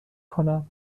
کنم